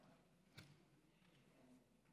תודה רבה